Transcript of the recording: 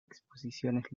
exposiciones